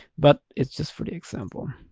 but it's just for the example.